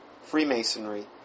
Freemasonry